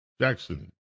Jackson